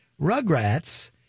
Rugrats